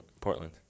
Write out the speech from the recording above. Portland